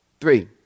Three